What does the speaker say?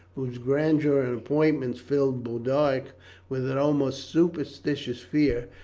whose grandeur and appointments filled boduoc with an almost superstitious fear,